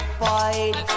fight